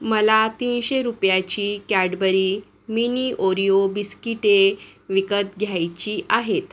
मला तीनशे रुपयाची कॅडबरी मिनी ओरिओ बिस्किटे विकत घ्यायची आहेत